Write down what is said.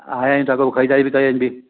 हा आयां आहियूं त अॻो पोइ ख़रीदारी बि करे वञॿी